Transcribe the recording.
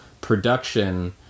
production